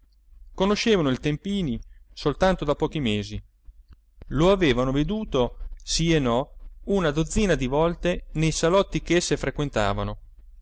conoscevano il tempini soltanto da pochi mesi lo avevano veduto sì e no una dozzina di volte nei salotti ch'esse frequentavano